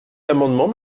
l’amendement